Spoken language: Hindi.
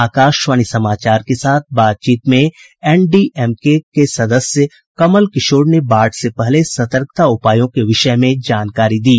आकाशवाणी समाचार के साथ बातचीत में एन डी एम ए के सदस्य कमल किशोर ने बाढ़ से पहले सतर्कता उपायों के विषय में जानकारी दी